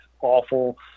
awful